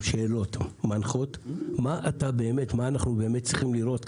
שאלות מנחות מה אנחנו באמת צריכים לראות.